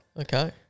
Okay